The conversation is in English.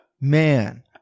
man